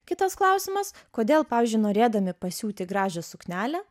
kitas klausimas kodėl pavyzdžiui norėdami pasiūti gražią suknelę